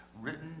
written